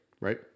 right